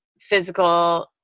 physical